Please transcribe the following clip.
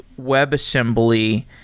WebAssembly